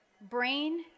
Brain